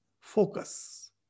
focus